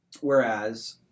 Whereas